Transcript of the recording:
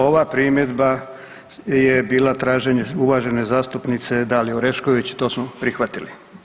Ova primjedba je bila traženje uvažene zastupnice Dalije Orešković i to smo prihvatili.